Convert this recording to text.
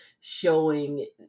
showing